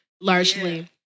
largely